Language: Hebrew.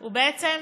הוא בעצם